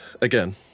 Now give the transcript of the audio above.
Again